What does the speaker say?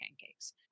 pancakes